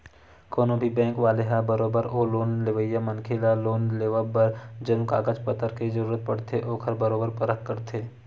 कोनो भी बेंक वाले ह बरोबर ओ लोन लेवइया मनखे ल लोन लेवब बर जउन कागज पतर के जरुरत पड़थे ओखर बरोबर परख करथे